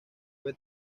fue